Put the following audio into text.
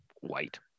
white